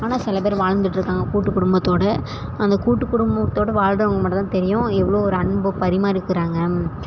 ஆனால் சில பேர் வாழ்ந்துகிட்டுருக்காங்க கூட்டு குடும்பத்தோடு அந்த கூட்டு குடும்பத்தோடு வாழ்கிறவங்க மட்டும்தான் தெரியும் எவ்வளோ ஒரு அன்பு பரிமாரிக்கிறாங்க